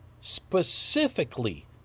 specifically